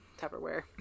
Tupperware